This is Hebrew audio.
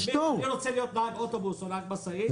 אם אני רוצה להיות נהג אוטובוס או נהג משאית,